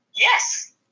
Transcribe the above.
Yes